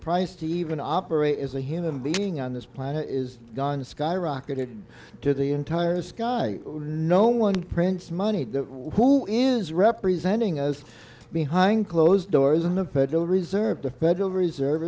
price to even operate as a human being on this planet is gone skyrocketed to the entire sky no one prints money who is representing as behind closed doors in the federal reserve the federal reserve